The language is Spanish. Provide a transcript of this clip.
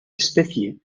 especie